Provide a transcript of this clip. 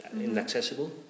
inaccessible